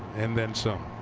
and then some.